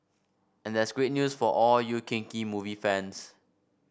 and that's great news for all you kinky movie fans